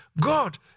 God